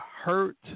hurt